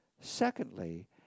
Secondly